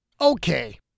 Okay